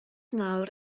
nawr